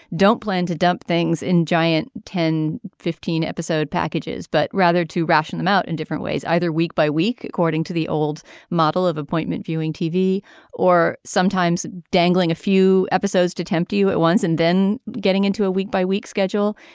don't plan to dump things in giant ten fifteen episode packages but rather to ration them out in different ways either week by week according to the old model of appointment viewing tv tv or sometimes dangling a few episodes to tempt you at once and then getting into a week by week schedule.